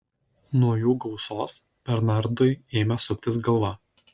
nuo jų gausos bernardui ėmė suktis galva